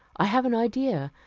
i have an idea.